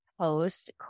post